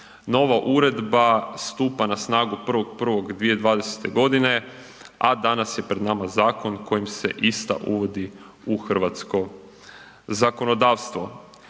Nova uredba stupa na snagu 1.1.2020.g., a danas je pred nama zakon kojim se ista uvodi u hrvatsko zakonodavstvo.